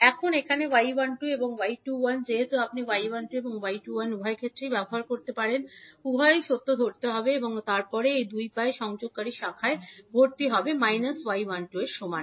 এখন এখানে 𝒚12 𝒚21 যেহেতু আপনি 𝒚12 বা y21 উভয়ই ব্যবহার করতে পারেন উভয়ই সত্য ধরে থাকবে এবং তারপরে এই দুটি পায়ে সংযোগকারী শাখায় ভর্তি হবে 𝒚12সমান